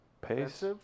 Pace